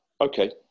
okay